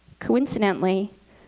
coincidentally,